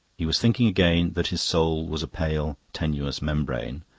he was thinking again that his soul was a pale, tenuous membrane,